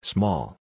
Small